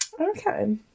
Okay